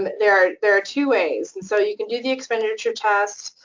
there are there are two ways, and so you can do the expenditure test,